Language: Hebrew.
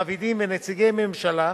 מעבידים ונציגי ממשלה,